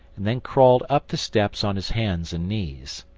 and then crawled up the steps on his hands and knees.